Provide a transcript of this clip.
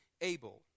Abel